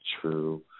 true